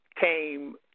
came